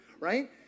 right